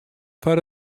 foar